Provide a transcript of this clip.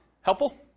Helpful